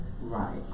Right